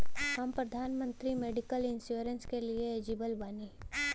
हम प्रधानमंत्री medical insurance के लिए एलिजिबल बानी?